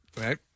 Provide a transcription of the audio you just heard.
right